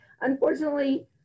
Unfortunately